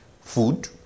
food